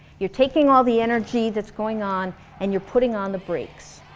you're taking all the energy that's going on and you're putting on the brakes,